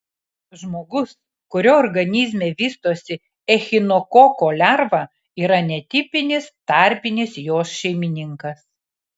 žmogus kurio organizme vystosi echinokoko lerva yra netipinis tarpinis jos šeimininkas